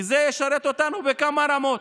כי זה ישרת אותנו בכמה רמות: